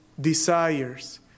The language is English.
desires